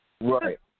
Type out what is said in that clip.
Right